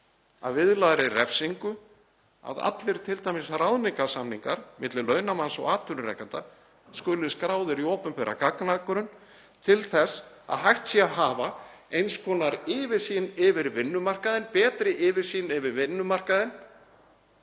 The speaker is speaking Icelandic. að viðlagðri refsingu að allir ráðningarsamningar milli launamanns og atvinnurekanda skuli skráðir í opinberan gagnagrunn til þess að hægt sé að hafa eins konar yfirsýn yfir vinnumarkaðinn, betri yfirsýn yfir vinnumarkaðinn,